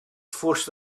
forced